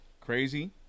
Crazy